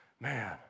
man